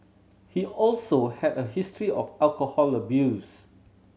he also had a history of alcohol abuse